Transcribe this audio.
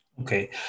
Okay